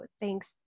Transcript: thanks